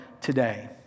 today